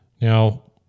Now